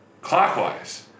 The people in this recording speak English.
clockwise